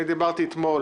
דיברתי אתמול